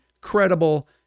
credible